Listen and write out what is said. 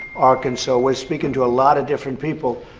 arkansas was speaking to a lot of different people,